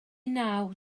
naw